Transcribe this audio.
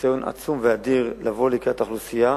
הניסיון העצום והאדיר לבוא לקראת האוכלוסייה,